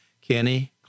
Kenny